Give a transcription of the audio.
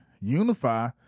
unify